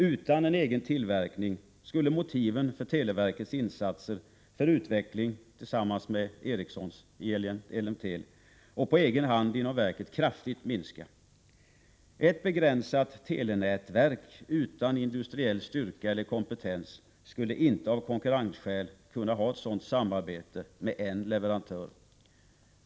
Utan en egen tillverkning skulle motiven för televerkets insatser för utveckling tillsammans med Ericsson i ELLEMTEL och på egen hand inom verket kraftigt minska. Ett begränsat ”telenätverk” utan industriell styrka eller kompetens skulle inte av konkurrensskäl kunna ha ett sådant samarbete med en leverantör.